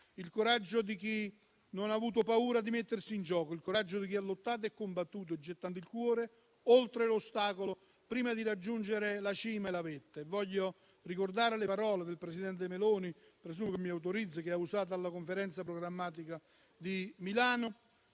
il coraggio di chi non ha avuto paura di mettersi in gioco, di chi ha lottato e combattuto, gettando il cuore oltre l'ostacolo prima di raggiungere la cima e la vetta. Voglio ricordare le parole del presidente Meloni - presumo che me lo consenta - che ha usato in occasione della Conferenza programmatica di Milano: